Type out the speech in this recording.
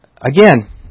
Again